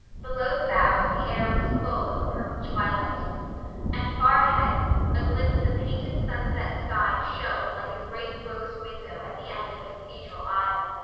below the boughs the air was full of a purple twilight and far ahead a glimpse of painted sunset sky shone like a great rose window at the end of a cathedral aisle.